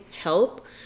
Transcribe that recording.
help